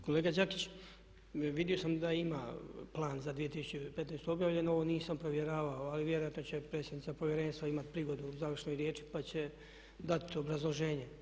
Kolega Đakić, vidio sam da ima plan za 2015. objavljen, ovo nisam provjeravao ali vjerojatno će predsjednica Povjerenstva imati prigodu u završnoj riječi pa će dati obrazloženje.